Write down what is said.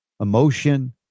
emotion